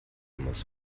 muss